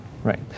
Right